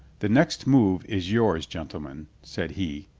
the next move is yours, gentlemen, said he,